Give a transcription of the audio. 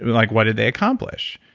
like what did they accomplish?